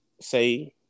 say